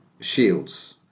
shields